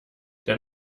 der